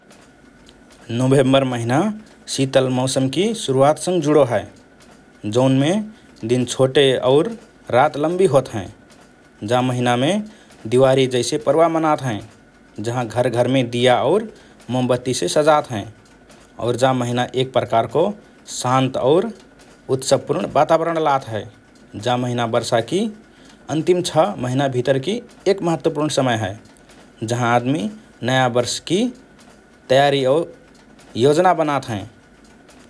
नोभेम्बर महिना शीतल मौसमकि शुरुवातसँग जुडो हए, जौनमे दिन छोटे और रात लम्बी होत हएँ । जा महिनामे दिवारी जैसे पर्व मनात हएँ, जहँ घर–घरमे दिया और मोमबत्तीसे सजात हएँ और जा महिना एक प्रकारको शान्त और उतसवपूर्ण वातावरण लात हए । जा महिना वर्षकि अन्तिम छ महिनाभितरकि एक महत्वपूर्ण समय हए, जहाँ आदमि नया वर्षकि तयारी और योजना बनात हएँ ।